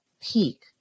peak